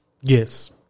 Yes